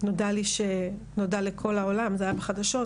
נודע לי, נודע לכל העולם, זה היה בחדשות,